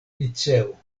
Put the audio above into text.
liceo